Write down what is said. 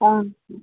आं